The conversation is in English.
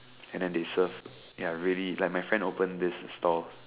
and then they serve ya really like my friend opened this stall